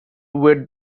were